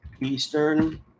Eastern